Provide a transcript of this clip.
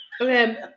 Okay